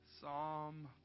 Psalm